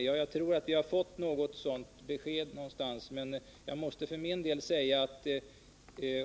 Jag tror att vi har fått ett sådant besked, men